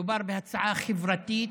מדובר בהצעה חברתית